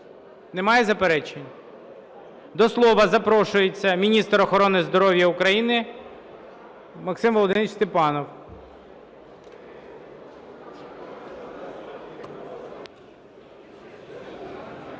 Немає заперечень? До слова запрошується міністр охорони здоров'я України Максим Володимирович Степанов.